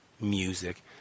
music